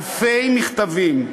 אלפי מכתבים,